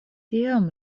tiam